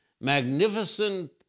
magnificent